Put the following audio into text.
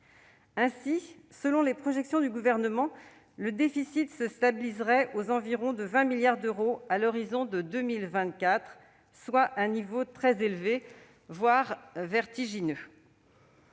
Ainsi, selon les projections du Gouvernement, le déficit se stabiliserait à près de 20 milliards d'euros à l'horizon 2024, soit un niveau très élevé, voire vertigineux.